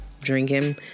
drinking